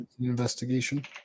investigation